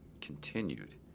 continued